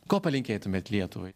ko palinkėtumėt lietuvai